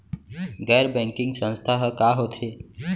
गैर बैंकिंग संस्था ह का होथे?